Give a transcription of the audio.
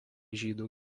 žydų